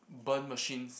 burn machines